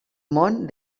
món